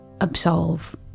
absolve